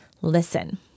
listen